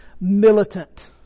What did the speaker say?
militant